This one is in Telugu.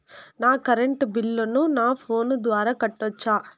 నా కరెంటు బిల్లును నా ఫోను ద్వారా కట్టొచ్చా?